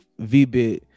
vbit